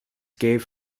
gave